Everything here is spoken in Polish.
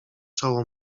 czoło